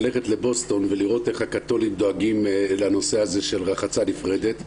ללכת לבוסטון ולראות איך הקתולים דואגים לנושא הזה של רחצה נפרדת,